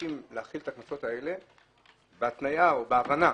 מבקשים להחיל את הקנסות האלה בהתניה, או בהבנה